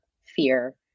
fear